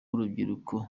urubyiruko